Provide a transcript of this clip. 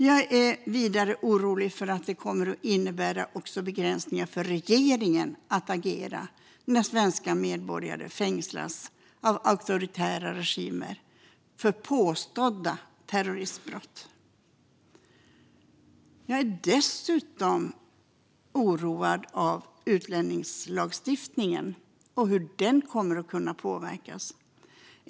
Jag är vidare orolig för att det kommer att innebära begränsningar för regeringen att agera när svenska medborgare fängslats av auktoritära regimer för påstådda terroristbrott. Jag är dessutom oroad för hur utlämningslagstiftningen kommer att kunna påverkas.